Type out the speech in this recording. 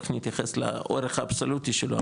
תיכף נתייחס לאורך האבסולוטי שלו,